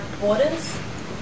borders